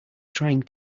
trying